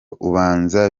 ubanza